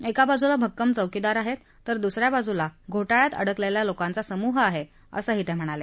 एका बाजूला भक्कम चौकीदार आहेत तर दुसऱ्या बाजूला घोटाळयात अडकलेल्या लोकांचा समुह आहे असं ते म्हणाले